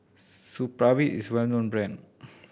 Supravit is a well known brand